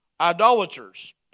Idolaters